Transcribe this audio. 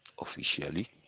officially